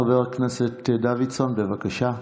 חבר הכנסת דוידסון, בבקשה.